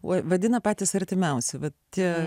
vadina patys artimiausi bet